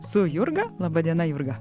su jurga laba diena jurga